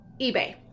eBay